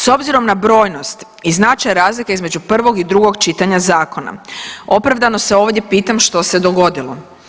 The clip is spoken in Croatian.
S obzirom na brojnost i značaj razlika između prvog i drugog čitanja Zakona, opravdano se ovdje pitam što se dogodilo.